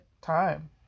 time